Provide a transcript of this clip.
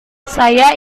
saya